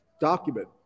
document